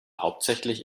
hauptsächlich